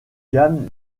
galles